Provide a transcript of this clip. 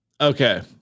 okay